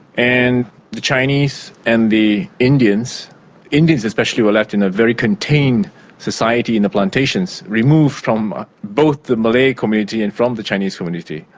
and the chinese and the indians, the indians especially were left in a very contained society in the plantations, removed from both the malay community and from the chinese community.